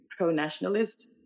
pro-nationalist